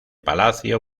palacio